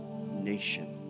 nation